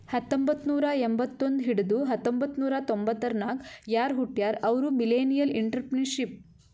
ಹತ್ತಂಬೊತ್ತ್ನೂರಾ ಎಂಬತ್ತೊಂದ್ ಹಿಡದು ಹತೊಂಬತ್ತ್ನೂರಾ ತೊಂಬತರ್ನಾಗ್ ಯಾರ್ ಹುಟ್ಯಾರ್ ಅವ್ರು ಮಿಲ್ಲೆನಿಯಲ್ಇಂಟರಪ್ರೆನರ್ಶಿಪ್